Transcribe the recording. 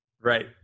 right